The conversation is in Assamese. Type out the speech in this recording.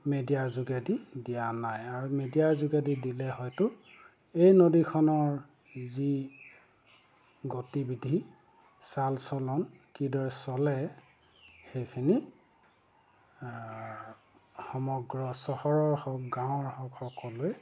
মেডিয়াৰ যোগেদি দিয়া নাই আৰু মেডিয়াৰ যোগেদি দিলে হয়তো এই নদীখনৰ যি গতিবিধি চাল চলন কিদৰে চলে সেইখিনি সমগ্ৰ চহৰৰ হওক গাঁৱৰ হওক সকলোৱে